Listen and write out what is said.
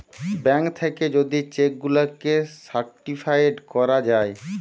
bank থাকে যদি cheque গুলাকে সার্টিফাইড করা যায়